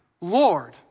Lord